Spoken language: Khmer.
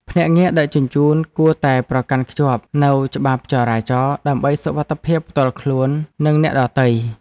ភ្នាក់ងារដឹកជញ្ជូនគួរតែប្រកាន់ខ្ជាប់នូវច្បាប់ចរាចរណ៍ ដើម្បីសុវត្ថិភាពផ្ទាល់ខ្លួននិងអ្នកដទៃ។